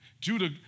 Judah